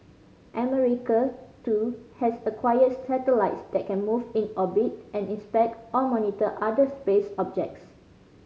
America too has acquired satellites that can move in orbit and inspect or monitor other space objects